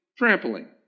trampoline